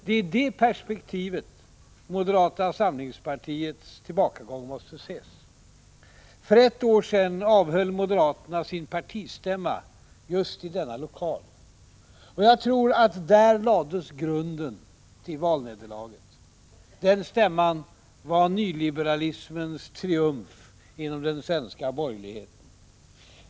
Det är i detta perspektiv moderata samlingspartiets tillbakagång måste ses. För ett år sedan avhöll moderaterna sin partistämma — just i denna lokal. Jag tror att där lades grunden till valnederlaget. Den stämman var nyliberalismens triumf inom den svenska borgerligheten.